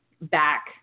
back